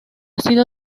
sido